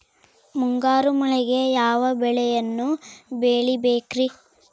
ಮುಂಗಾರು ಮಳೆಗೆ ಯಾವ ಬೆಳೆಯನ್ನು ಬೆಳಿಬೇಕ್ರಿ?